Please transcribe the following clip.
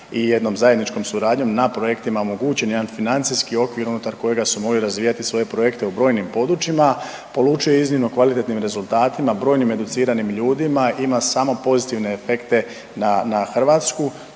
i jednom zajedničkom suradnjom na projektima omogućeni jedan financijski okvir unutar kojega su mogli razvijati svoje projekte u brojnim područjima, polučuje iznimno kvalitetnim rezultatima, brojnim educiranim ljudima, ima samo pozitivne efekte na Hrvatsku.